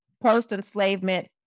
post-enslavement